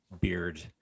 beard